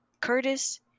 Curtis